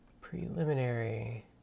Preliminary